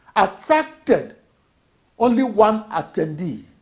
attracted only one attendee.